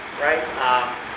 right